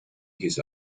his